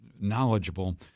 knowledgeable